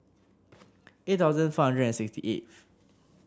eight thousand four hundred and sixty eighth